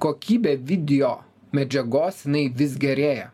kokybę video medžiagos jinai vis gerėja